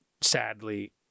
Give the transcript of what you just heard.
sadly